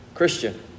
Christian